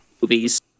movies